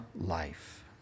life